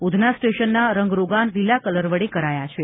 ઉધના સ્ટેશનના રંગરોગાન લીલા કલર વડે કરાયા છે